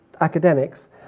academics